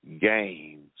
games